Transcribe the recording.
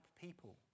people